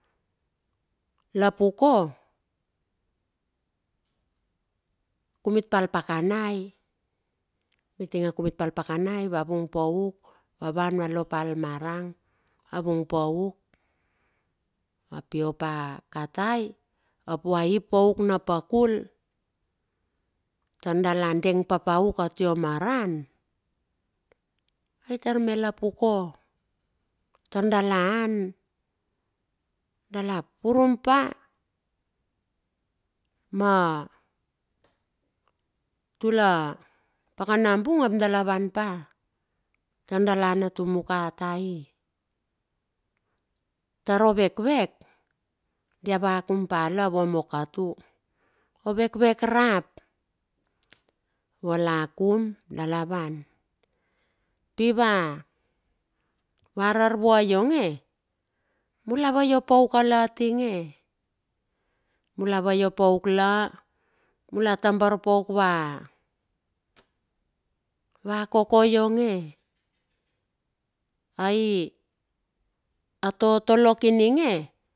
Lopuko kumitpa alpakanai. Mitinge kumit pa al pakanai va vungpauk. A van va lopa al marang va vung pauk. Va pio pa katai va vung pauk, apva ip pauk na pakul. Tar dala deng papauk atio ma ran tar me lopuko. Tardala an, dala purum pa ma tula pakana bung ap dala vanpa. Tordala an otamoka tai, tar ovek ovek dia a aku pa la vua mo katu. Ovek vek rap vuo lakumdala van. Pi va ararvua ionge, mula vaiop pauk ka la tinge, mula tambar pauk va koko ionge, ai atotolok ininge.